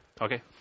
Okay